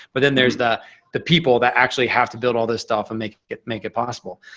but then there's the the people that actually have to build all this stuff and make it make it possible.